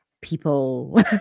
people